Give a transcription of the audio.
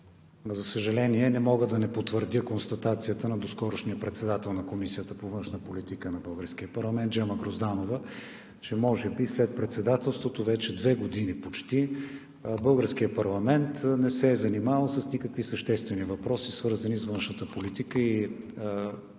За съжаление, не мога да не потвърдя констатацията на доскорошния председател на Комисията по външна политика на българския парламент – Джема Грозданова, че вече почти две години след Председателството българският парламент не се е занимавал с никакви съществени въпроси, свързани с външната политика и